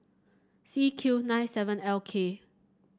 C Q nine seven L K